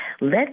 Let